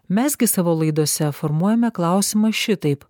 mes gi savo laidose formuojame klausimą šitaip